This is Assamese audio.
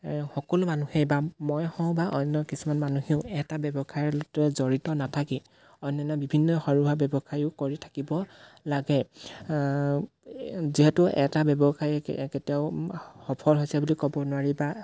সকলো মানুহেই বা মই হওঁ বা অন্য কিছুমান মানুহেও এটা ব্যৱসায়ৰ জড়িত নাথাকি অন্যান্য বিভিন্ন সৰুসুৰা ব্যৱসায়ো কৰি থাকিব লাগে যিহেতু এটা ব্যৱসায় কেতিয়াও সফল হৈছে বুলি ক'ব নোৱাৰি বা